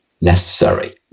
necessary